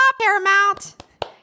Paramount